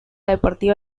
deportiva